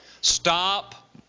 Stop